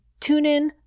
TuneIn